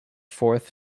fourth